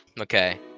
Okay